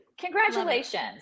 Congratulations